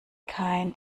kein